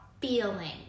feeling